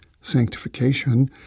sanctification